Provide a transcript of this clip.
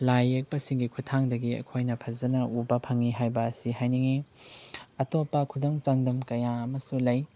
ꯂꯥꯏ ꯌꯦꯛꯄꯁꯤꯡꯒꯤ ꯈꯨꯠꯊꯥꯡꯗꯒꯤ ꯑꯩꯈꯣꯏꯅ ꯐꯖꯅ ꯎꯕ ꯐꯪꯏ ꯍꯥꯏꯕ ꯑꯁꯤ ꯍꯥꯏꯅꯤꯡꯏ ꯑꯇꯣꯞꯄ ꯈꯨꯗꯝ ꯆꯥꯡꯗꯝ ꯀꯌꯥ ꯑꯃꯁꯨ ꯂꯩ